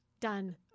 Done